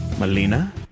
Melina